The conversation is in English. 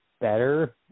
better